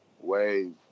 wave